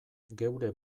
geure